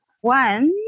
One